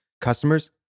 customers